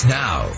now